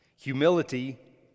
Humility